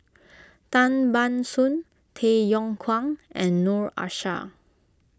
Tan Ban Soon Tay Yong Kwang and Noor Aishah